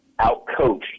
outcoached